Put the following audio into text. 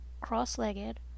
cross-legged